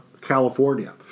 California